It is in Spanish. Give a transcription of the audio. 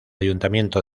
ayuntamiento